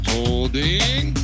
Holding